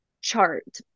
chart